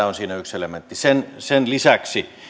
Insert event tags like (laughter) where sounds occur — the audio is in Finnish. (unintelligible) on siinä yksi elementti sen sen lisäksi